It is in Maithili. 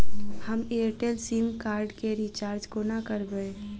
हम एयरटेल सिम कार्ड केँ रिचार्ज कोना करबै?